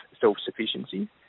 self-sufficiency